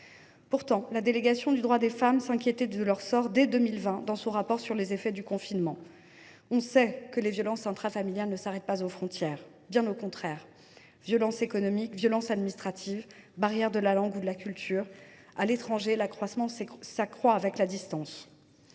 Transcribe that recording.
Pourtant, la délégation aux droits des femmes du Sénat s’inquiétait de leur sort dès 2020, dans son rapport sur les effets du confinement. Chacun sait que les violences intrafamiliales ne connaissent pas de frontières, bien au contraire. Violences économiques, violences administratives, barrière de la langue ou de la culture… : à l’étranger, l’isolement s’accroît avec la distance.